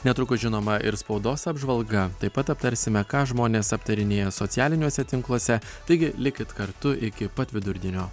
netrukus žinoma ir spaudos apžvalga taip pat aptarsime ką žmonės aptarinėja socialiniuose tinkluose taigi likit kartu iki pat vidurdienio